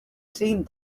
seemed